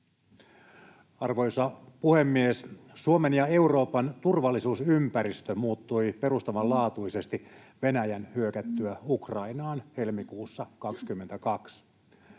Arvoisa puhemies! Suomen ja Euroopan turvallisuusympäristö muuttui perustavanlaatuisesti Venäjän hyökättyä Ukrainaan helmikuussa 22.